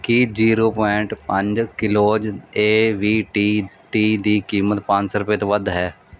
ਕੀ zero point ਪੰਜ kilos ਏ ਵੀ ਟੀ ਟੀ ਦੀ ਕੀਮਤ ਪੰਜ ਸੌ ਰੁਪਏ ਤੋਂ ਵੱਧ ਹੈ